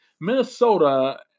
Minnesota